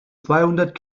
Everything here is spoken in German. zweihundert